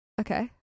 okay